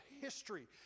history